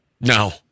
No